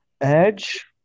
Edge